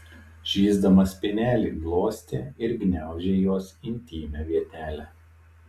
žįsdamas spenelį glostė ir gniaužė jos intymią vietelę